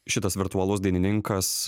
šitas virtualus dainininkas